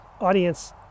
Audience